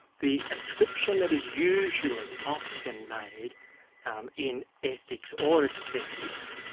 the ascription that is usually often made in ethics or aesthetics,